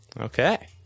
Okay